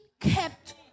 kept